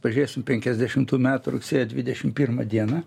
pažiūrėsim penkiasdešimtų metų rugsėjo dvidešim pirmą dieną